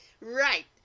Right